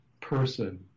person